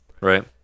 Right